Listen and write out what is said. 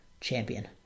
champion